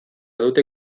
dute